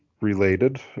related